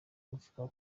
avuga